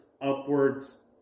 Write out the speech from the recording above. upwards